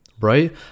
right